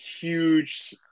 huge